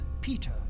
Peter